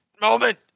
moment